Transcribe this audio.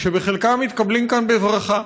שחלקם מתקבלים כאן בברכה.